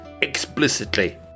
explicitly